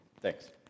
Thanks